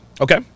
okay